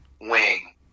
wing